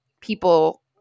people